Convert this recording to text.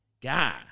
guy